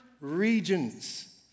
regions